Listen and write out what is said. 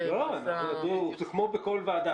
זה כמו בכל ועדה.